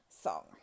song